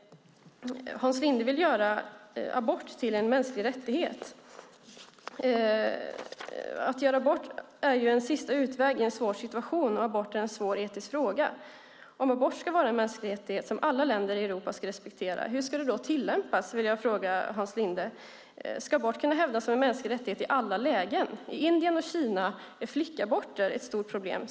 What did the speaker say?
Hans Linde vill göra abort till en mänsklig rättighet. Att göra abort är en sista utväg i en svår situation, och abort är en svår etisk fråga. Om abort ska vara en mänsklig rättighet som alla länder i Europa ska respektera, hur ska det då tillämpas, vill jag fråga Hans Linde. Ska abort kunna hävdas som en mänsklig rättighet i alla lägen? I Indien och Kina är flickaborter ett stort problem.